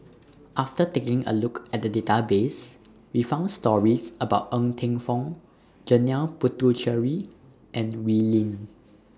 after taking A Look At The Database We found stories about Ng Teng Fong Janil Puthucheary and Wee Lin